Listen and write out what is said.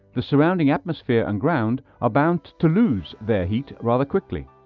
the surrounding atmosphere and ground are bound to lose their heat rather quickly.